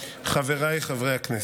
חבריי חברי הכנסת,